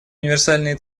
универсальные